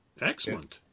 Excellent